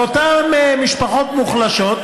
ואותן משפחות מוחלשות,